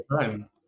time